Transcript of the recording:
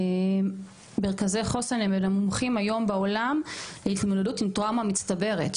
מרכזי חוסר הם המומחים היום בעולם להתמודדות עם טראומה מצטברת,